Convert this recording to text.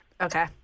Okay